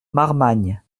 marmagne